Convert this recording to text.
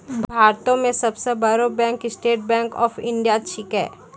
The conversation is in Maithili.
भारतो मे सब सं बड़ो bank State Bank of India छिकै